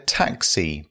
taxi